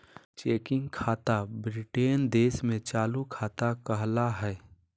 checking खाता Britain देश में चालू खाता कहला हय